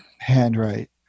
handwrite